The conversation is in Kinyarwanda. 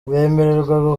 bemererwa